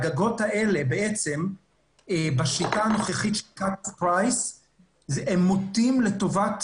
הגגות האלה בשיטה הנוכחית של cut of price הם מוטים לטובת